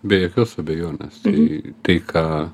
be jokios abejonės tai tai ką